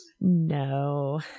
No